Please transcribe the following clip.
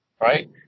right